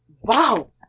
Wow